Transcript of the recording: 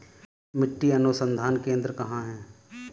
मिट्टी अनुसंधान केंद्र कहाँ है?